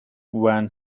van